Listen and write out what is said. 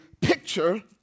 picture